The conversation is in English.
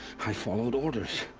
i followed orders.